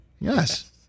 Yes